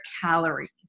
calories